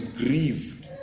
grieved